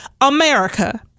America